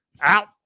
Out